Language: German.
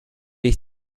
ich